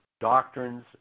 doctrines